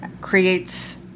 creates